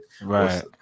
right